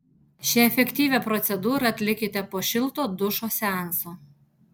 šią efektyvią procedūrą atlikite po šilto dušo seanso